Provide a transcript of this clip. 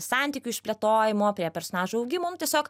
santykių išplėtojimo prie personažų augimo nu tiesiog